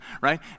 right